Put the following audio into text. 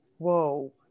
Whoa